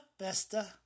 Besta